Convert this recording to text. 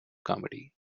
comedy